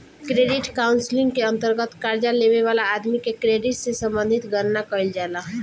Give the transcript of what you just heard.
credit counselling के अंतर्गत कर्जा लेबे वाला आदमी के क्रेडिट से संबंधित गणना कईल जाला